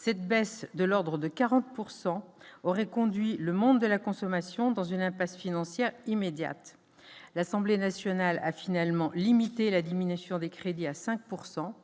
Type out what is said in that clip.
cette baisse de l'ordre de 40 pourcent aurait conduit le monde de la consommation dans une impasse financière immédiate, l'Assemblée nationale a finalement limité la diminution des crédits à 5